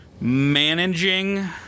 managing